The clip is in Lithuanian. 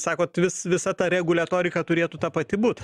sakot vis visa ta reguliatorika turėtų ta pati būt